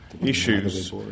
issues